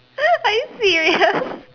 are you serious